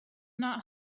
not